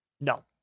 No